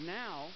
now